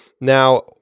now